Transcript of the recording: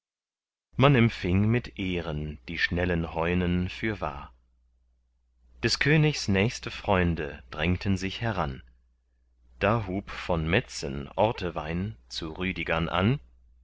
man empfing mit ehren die schnellen heunen fürwahr des königs nächste freunde drängten sich heran da hub von metzen ortewein zu rüdigern an